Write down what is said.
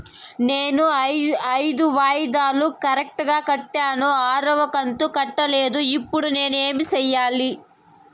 నేను ఐదు వాయిదాలు కరెక్టు గా కట్టాను, ఆరవ కంతు కట్టలేదు, ఇప్పుడు నేను ఏమి సెయ్యాలి?